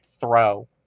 throw